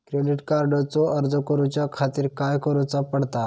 Credit कार्डचो अर्ज करुच्या खातीर काय करूचा पडता?